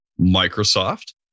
Microsoft